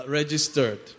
registered